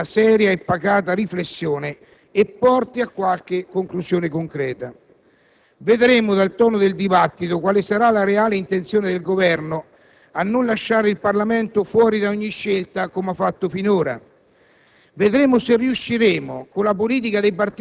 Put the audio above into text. a tutto campo serva a produrre una seria e pacata riflessione e porti a qualche conclusione concreta. Vedremo dal tono del dibattito quale sarà la reale intenzione del Governo a non lasciare il Parlamento fuori da ogni scelta, come ha fatto finora.